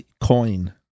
Coin